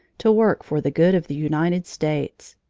to work for the good of the united states.